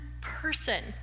person